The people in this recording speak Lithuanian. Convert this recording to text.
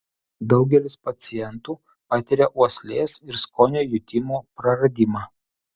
daugelis pacientų patiria uoslės ir skonio jutimo praradimą